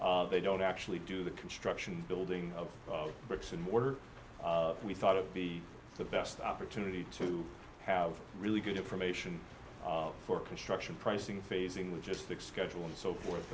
professionals they don't actually do the construction building of bricks and mortar we thought it would be the best opportunity to have really good information for construction pricing phasing logistics schedule and so forth